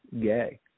gay